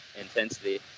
intensity